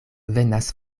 venas